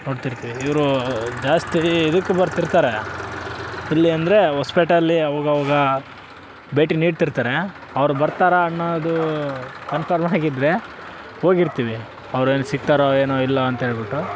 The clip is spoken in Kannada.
ನೋಡ್ತಿರ್ತಿವಿ ಇವರು ಜಾಸ್ತಿ ಇದಕ್ ಬರ್ತಿರ್ತಾರೆ ಎಲ್ಲಿ ಅಂದರೆ ಹೊಸ್ಪೇಟೆಲಿ ಅವಾಗಾವ್ಗ ಭೇಟಿ ನೀಡ್ತಿರ್ತಾರೆ ಅವ್ರು ಬರ್ತಾರೆ ಅನ್ನೋದು ಕನ್ಫರ್ಮ್ ಆಗಿದ್ರೆ ಹೋಗಿರ್ತಿವಿ ಅವ್ರು ಏನು ಸಿಗ್ತಾರೋ ಏನೋ ಇಲ್ಲ ಅಂತೇಳಿಬಿಟ್ಟು